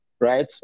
Right